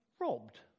robbed